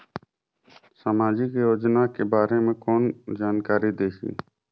समाजिक योजना के बारे मे कोन जानकारी देही?